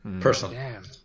Personally